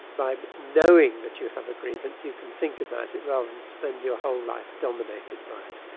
by knowing that you have a grievance you can think about it rather than spend your whole life dominated by it.